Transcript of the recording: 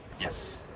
Yes